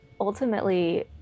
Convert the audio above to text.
ultimately